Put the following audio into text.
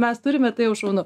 mes turime tai jau šaunu